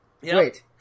Wait